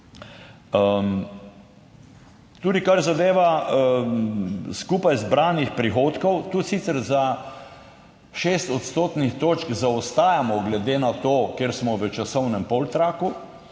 Tudi, kar zadeva skupaj zbranih prihodkov, tu sicer za šest odstotnih točk zaostajamo, glede na to, ker smo v časovnem poltraku